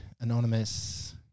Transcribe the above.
anonymous